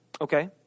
Okay